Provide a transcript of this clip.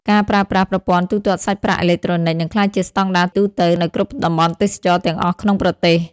ការប្រើប្រាស់ប្រព័ន្ធទូទាត់សាច់ប្រាក់អេឡិចត្រូនិក នឹងក្លាយជាស្តង់ដារទូទៅនៅគ្រប់តំបន់ទេសចរណ៍ទាំងអស់ក្នុងប្រទេស។